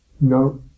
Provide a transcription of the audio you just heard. no